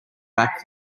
back